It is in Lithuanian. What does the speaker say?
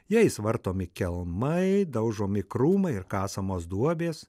jais vartomi kelmai daužomi krūmai ir kasamos duobės